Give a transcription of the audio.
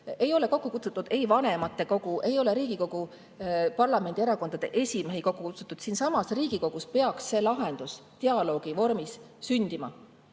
Ei ole kokku kutsutud ei vanematekogu, ei ole Riigikogu erakondade esimehi kokku kutsutud. Siinsamas Riigikogus peaks see lahendus dialoogi vormis sündima.